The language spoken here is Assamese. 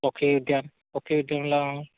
পখী উদ্যান পক্ষী উদ্যানল